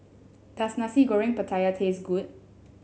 does Nasi Goreng Pattaya taste good